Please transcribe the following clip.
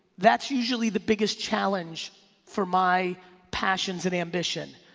that's usually the biggest challenge for my passions and ambitions,